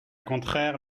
contraire